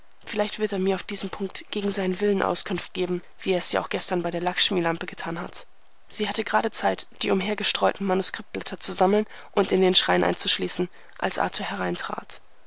vielleicht wird er mir auf diesem punkt gegen seinen willen auskunft geben wie er es ja auch gestern bei der lackshmilampe getan hat sie hatte gerade zeit die umhergestreuten manuskriptblätter zu sammeln und in den schrein einzuschließen als arthur hereintrat